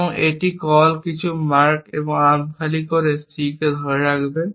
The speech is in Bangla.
এবং এটি কিছু কল মার্ক আর্ম খালি এবং C ধরে রাখবে